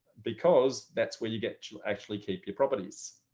because that's where you get to actually keep your properties.